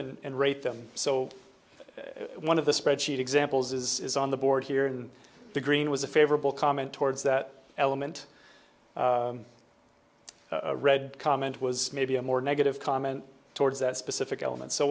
them and rate them so one of the spreadsheet examples is on the board here in the green was a favorable comment towards that element read comment was maybe a more negative comment towards that specific element so